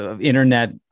internet